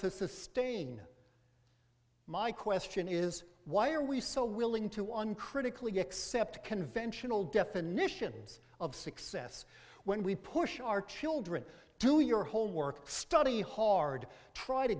to sustain my question is why are we so willing to uncritically accept conventional definitions of success when we push our children do your homework study hard try to